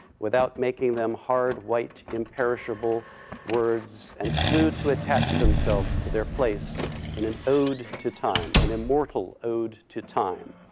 without making them hard, white, imperishable words, and flew to attach themselves to their place in an ode to time, an immortal ode to time.